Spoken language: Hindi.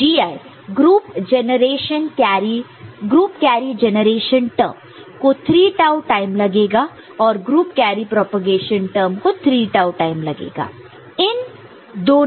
तो Gi group carry generation term को 3 टाऊ टाइम लगेगा और ग्रुप कैरी प्रोपेगेशन टर्म को 3 टाऊ टाइम लगेगा